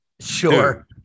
sure